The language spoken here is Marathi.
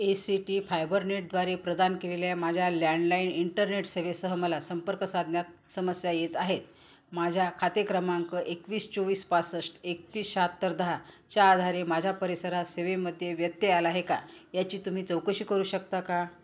ए सी टी फायबरनेटद्वारे प्रदान केलेल्या माझ्या लँडलाईन इंटरनेट सेवेसह मला संपर्क साधण्यात समस्या येत आहेत माझ्या खाते क्रमांक एकवीस चोवीस पासष्ट एकतीस शहात्तर दहा च्या आधारे माझ्या परिसरात सेवेमध्ये व्यत्यय आला आहे का याची तुम्ही चौकशी करू शकता का